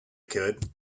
could